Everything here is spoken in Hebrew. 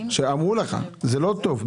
אמרו לך: זה לא טוב.